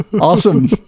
Awesome